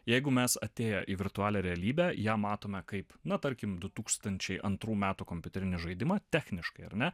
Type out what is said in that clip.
jeigu mes atėję į virtualią realybę ją matome kaip na tarkim du tūkstančiai antrų metų kompiuterinį žaidimą techniškai ar ne